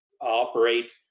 operate